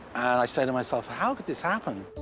and i say to myself, how could this happen?